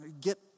get